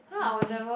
money